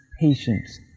patience